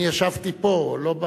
אני ישבתי פה, לא,